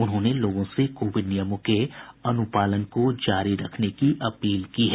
उन्होंने लोगों से कोविड नियमों के अनुपालन को जारी रखने की अपील की है